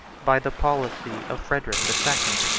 by the policy of frederic the second,